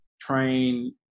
train